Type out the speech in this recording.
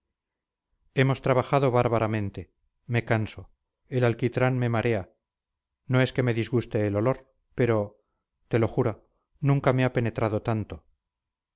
hemos trabajado bárbaramente me canso el alquitrán me marea no es que me disguste el olor pero te lo juro nunca me ha penetrado tanto